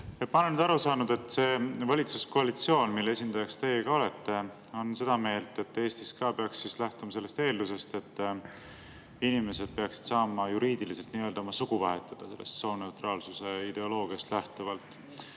Ma olen aru saanud, et valitsuskoalitsioon, mille esindaja teiegi olete, on seda meelt, et ka Eestis peaks lähtuma sellest eeldusest, et inimesed peaksid saama juriidiliselt oma sugu vahetada sooneutraalsuse ideoloogiast lähtuvalt.